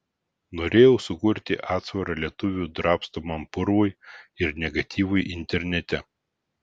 norėjau sukurti atsvarą lietuvių drabstomam purvui ir negatyvui internete